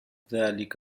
ذلك